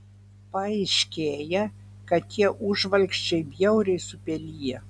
paaiškėja kad tie užvalkčiai bjauriai supeliję